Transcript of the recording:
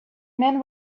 man